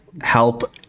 help